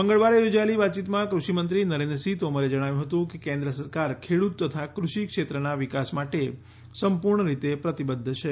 મંગળવારે યોજાયેલી વાતચીતમાં કૃષિમંત્રી નરેન્દ્રસિંહ તોમરે જણાવ્યું હતું કે કેન્દ્ર સરકાર ખેડૂત તથા કૃષિ ક્ષેત્રના વિકાસ માટે સંપૂર્ણ રીતે પ્રતિબધ્ધ છે